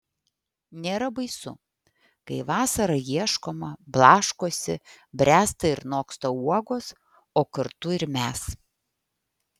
nėra baisu kai vasarą ieškoma blaškosi bręsta ir noksta uogos o kartu ir mes